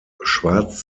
schwarz